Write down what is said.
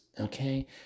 Okay